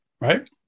right